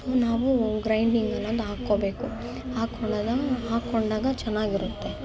so ನಾವು ಗ್ರೈಂಡಿಂಗಲ್ಲಿ ಅದು ಹಾಕೊಳ್ಬೇಕು ಹಾಕೊಂಡಾಗ ಹಾಕೊಂಡಾಗ ಚೆನ್ನಾಗಿರುತ್ತೆ